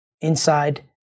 inside